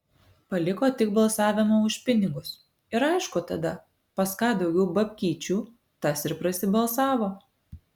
paliko tik balsavimą už pinigus ir aišku tada pas ką daugiau babkyčių tas ir prasibalsavo